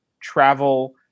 travel